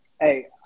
Hey